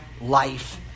life